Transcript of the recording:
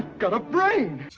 got a brain.